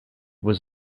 was